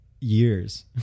years